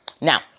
Now